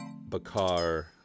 Bakar